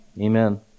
Amen